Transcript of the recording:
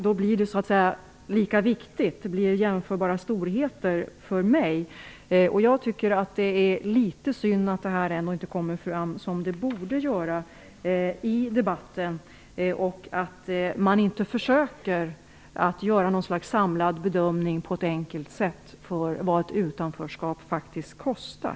Då blir de här sakerna lika viktiga för mig - de blir för mig jämförbara storheter. Jag tycker att det är litet synd att detta inte kommer fram som det borde göra i debatten och att man inte på ett enkelt sätt försöker göra ett slags samlad bedömning av vad ett utanförskap faktiskt kostar.